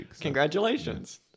Congratulations